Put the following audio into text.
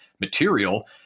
material